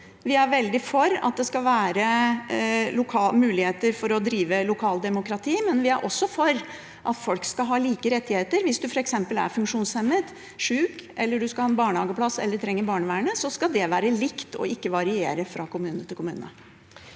Vi er veldig for at det skal være muligheter for å drive lokaldemokrati, men vi er også for at folk skal ha like rettigheter. Hvis en f.eks. er funksjonshemmet eller sjuk, eller en skal ha en barnehageplass eller trenger barnevernet, skal det være likt og ikke variere fra kommune til kommune.